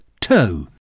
Two